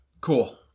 Cool